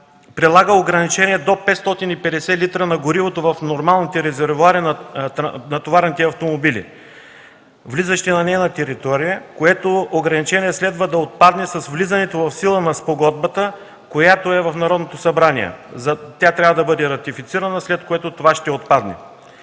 прилага ограничение до 550 л на горивото в нормалните резервоари на товарните автомобили, влизащи на нейна територия, което ограничение следва да отпадне с влизането в сила на спогодбата, която е в Народното събрание. Тя трябва да бъде ратифицирана, след което това ще отпадне.